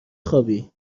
خوابی